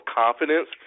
confidence